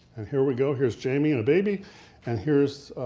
and here we go, here's jamie and a baby and here's